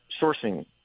sourcing